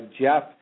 Jeff